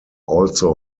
also